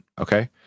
Okay